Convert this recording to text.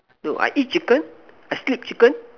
no I eat chicken I still eat chicken